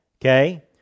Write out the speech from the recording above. okay